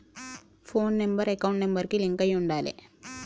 పోను number account number కి link అయ్యి ఉండాలే